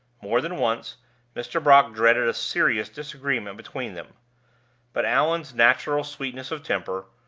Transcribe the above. more than once mr. brock dreaded a serious disagreement between them but allan's natural sweetness of temper,